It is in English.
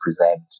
present